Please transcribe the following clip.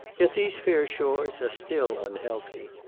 yet these fair shores are still unhealthy.